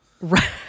Right